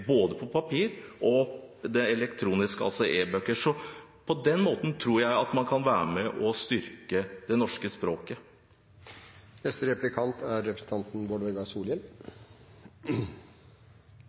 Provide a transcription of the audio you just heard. både på papir og elektronisk, altså e-bøker. På den måten tror jeg at man kan være med og styrke det norske språket. Eg fekk med meg som ein tråd, kan ein seie, i innlegget at representanten